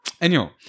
Anyhow